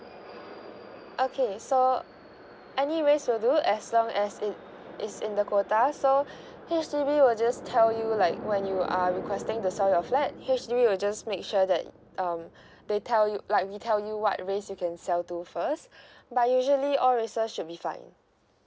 okay so any ways will do as long as it it's in the quota so H_D_B will just tell you like when you are requesting to sell your flat H_D_B will just makes sure that um they tell you like we tell you what race you can sell to first but usually all races should be fine